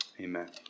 Amen